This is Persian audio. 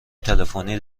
تلفنی